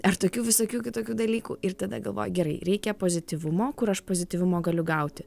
ar tokių visokių kitokių dalykų ir tada galvoji gerai reikia pozityvumo kur aš pozityvumo galiu gauti